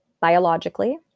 biologically